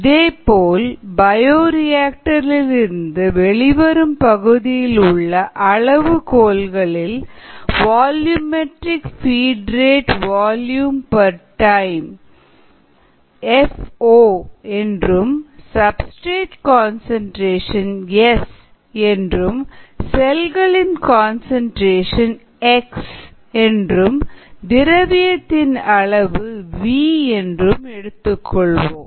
இதேபோல் பயோரியாக்டர் இலிருந்து வெளிவரும் பகுதியிலுள்ள அளவு கோள்களில் volumetric feed rate volume per time F O என்றும் சப்ஸ்டிரேட் கன்சன்ட்ரேஷன் எஸ் என்றும் செல்களின் கன்சன்ட்ரேஷன் எக்ஸ் என்றும் திரவியத்தின் அளவு வி என்றும் எடுத்துக்கொள்வோம்